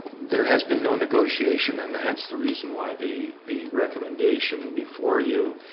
there has been no negotiation and the hence the reason why the the recommendation before you